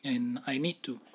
and I need to